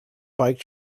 bike